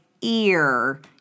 ear